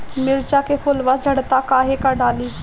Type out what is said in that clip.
मिरचा के फुलवा झड़ता काहे का डाली?